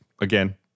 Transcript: again